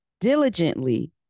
diligently